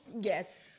Yes